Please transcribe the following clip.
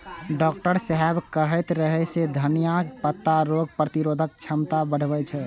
doctor साहेब कहैत रहै जे धनियाक पत्ता रोग प्रतिरोधक क्षमता बढ़बै छै